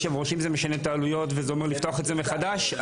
אם זה משנה את העלויות וזה אומר לפתוח את זה מחדש,